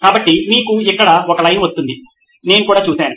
కాబట్టి మీకు ఇక్కడ ఒక లైన్ వస్తుంది నేను కూడా చూశాను